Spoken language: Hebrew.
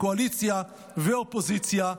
קואליציה ואופוזיציה,